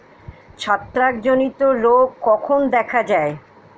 ছত্রাক জনিত রোগ কখন দেখা য়ায়?